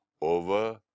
over